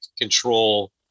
control